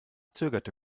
zögerte